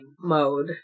mode